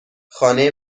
خانه